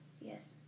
Yes